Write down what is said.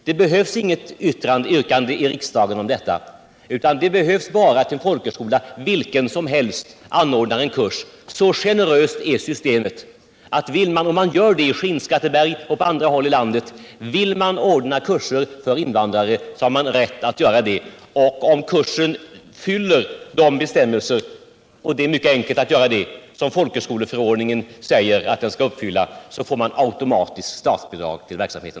Det behövs inget yrkande i riksdagen om detta, utan det behövs bara att en folkhögskola — vilken som helst — ordnar en kurs. Så generöst är systemet, och man gör det i Skinnskatteberg och på andra håll i landet. Vill man ordna kurser för invandrare så har man rätt att göra det. Och om kursen uppfyller de bestämmelser som folkhögskoleförordningen säger att den skall uppfylla — och det är mycket enkelt — så får man automatiskt statsbidrag till verksamheten.